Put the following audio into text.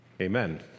Amen